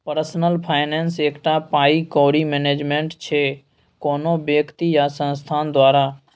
personal finance एकटा पाइ कौड़ी मैनेजमेंट छै कोनो बेकती या संस्थान द्वारा